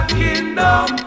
kingdom